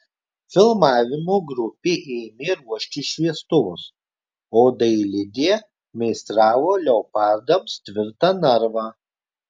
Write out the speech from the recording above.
filmavimo grupė ėmė ruošti šviestuvus o dailidė meistravo leopardams tvirtą narvą